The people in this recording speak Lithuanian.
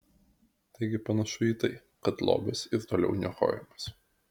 taigi panašu į tai kad lobis ir toliau niokojamas